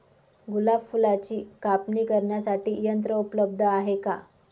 गुलाब फुलाची कापणी करण्यासाठी यंत्र उपलब्ध आहे का?